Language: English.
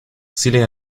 celia